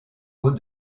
eaux